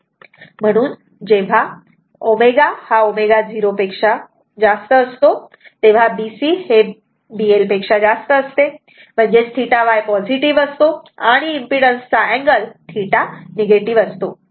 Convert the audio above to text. म्हणून जेव्हा ω ω0 असते तेव्हा B C B L असते म्हणजेच θ Y पॉझिटिव असतो आणि इम्पीडन्स चा अँगल म्हणजेच θ निगेटिव्ह असतो